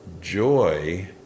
Joy